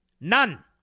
None